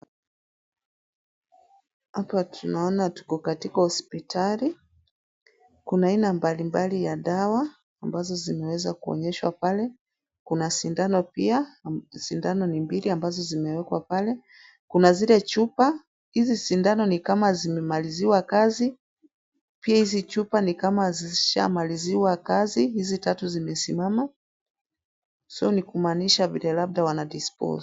Hapa tunaona tuko katika hospitali, kuna aina mbalimbali ya dawa, ambazo zinaweza kuonyeshwa pale, kuna sindano pia, sindano ni mbili ambazo zimewekwa pale, kuna zile chupa hizi sindano ni kama zimemaliziwa kazi, pia hizi chupa ni kama zisha maliziwa kazi hizi tatu zimesimama. So ni kumanisha vile labda wanazi dispose .